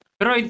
pero